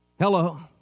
Hello